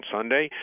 Sunday